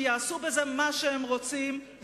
שיעשו בזה מה שהם רוצים,